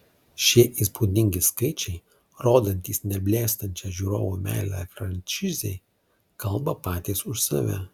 šie įspūdingi skaičiai rodantys neblėstančią žiūrovų meilę frančizei kalba patys už save